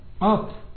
up